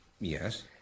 Yes